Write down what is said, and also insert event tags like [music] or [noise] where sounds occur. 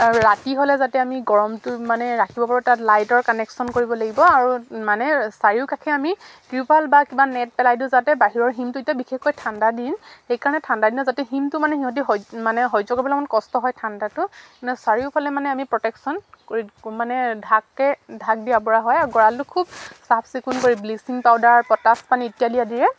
আৰু ৰাতি হ'লে যাতে আমি গৰমটো মানে ৰাখিব পাৰোঁ তাত লাইটৰ কানেকশ্যন কৰিব লাগিব আৰু মানে চাৰিওকাষে আমি টিৰপাল বা কিবা নেট পেলাই দি যাতে বাহিৰৰ হিমটো এতিয়া বিশেষৈ ঠাণ্ডা দিন সেইকাৰণ ঠাণ্ড দিনত যাতে হিমটো মানে সিহঁতি মানে সহ্য কৰিবলে অকমান কষ্ট হয় ঠাণ্ডাটো কিন্তু চাৰিওফালে মানে আমি প্ৰটেকশ্যন কৰি মানে ঢাকে ঢাক দিয়া [unintelligible] হয় আৰু গঁৰালটো খুব চাফ চিকুণ কৰি ব্লিচিং পাউডাৰ পটাচ পানী ইত্যাদি আদিৰে